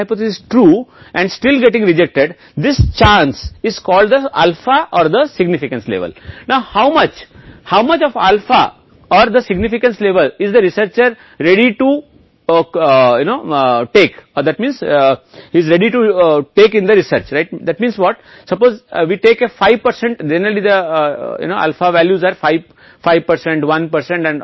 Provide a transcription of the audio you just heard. उदाहरण के लिए माध्य के संदर्भ में कहते हैं x - this x वही है जो मैंने पिछले सत्र में भी की थी तो x मेरा नमूना मतलब है यह मेरी आबादी का मतलब है यह मेरी मानक त्रुटि है नमूना मानक विचलन नमूना मानक विचलन का वितरण ठीक है